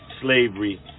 slavery